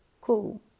cool